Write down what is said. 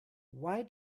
why